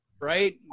right